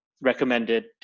recommended